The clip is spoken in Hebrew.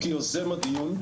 כיוזם הדיון,